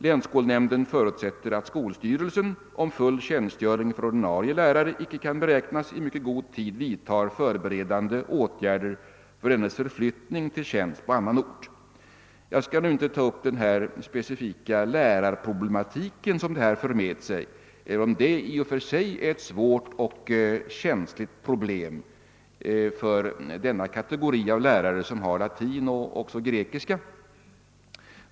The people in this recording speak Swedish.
Länsskolnämnden förutsätter att skolstyrelsen, om full tjänstgöring för ordinarie lärare icke kan beräknas, i mycket god tid vidtar förberedande åtgärder för dennes förflyttning till tjänst på annan ort.» Jag skall inte ta upp den specifika lärarproblematik som detta för med sig, även om det i och för sig är ett svårt och känsligt problem för denna kategori av lärare som har latin och grekiska.